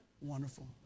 Wonderful